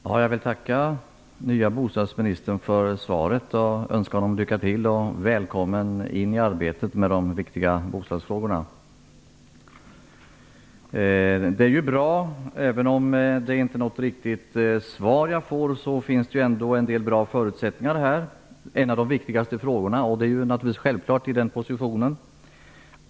Herr talman! Jag vill tacka den nya bostadsministern för svaret och önska honom lycka till och välkommen in i arbetet med de viktiga bostadsfrågorna. Även om det inte är något riktigt svar jag får finns det ändå en del bra förutsättningar i det. Det är naturligtvis självklart att detta är en av de viktigaste frågorna för någon i den positionen.